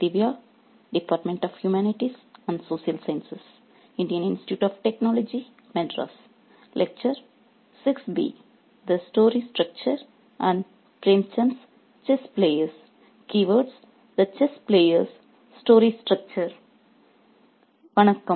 the story structure and Premchand's chess players key words the chess players story structure வணக்கம்